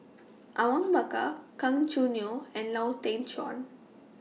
Awang Bakar Gan Choo Neo and Lau Teng Chuan